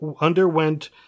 underwent